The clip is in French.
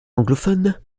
anglophone